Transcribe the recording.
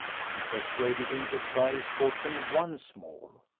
she persuaded him to try his fortune once more.